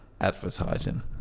advertising